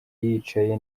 yicaye